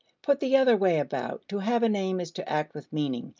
put the other way about, to have an aim is to act with meaning,